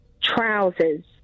trousers